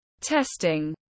testing